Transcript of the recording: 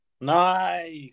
Nice